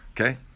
Okay